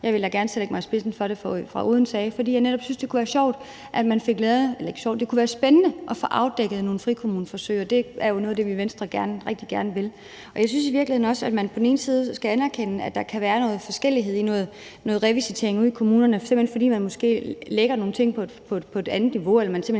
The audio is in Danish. Jeg vil da gerne selv lægge mig i spidsen for det fra Odense, fordi jeg netop synes, det kunne være spændende at få afdækket nogle frikommuneforsøg, og det er jo noget af det, vi i Venstre rigtig gerne vil. Jeg synes i virkeligheden også, at man skal anerkende, at der kan være noget forskellighed i forhold til revisitationen ude i kommunerne, f.eks. fordi man måske lægger nogle ting på et andet niveau, eller man simpelt hen